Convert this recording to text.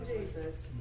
Jesus